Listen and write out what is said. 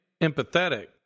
empathetic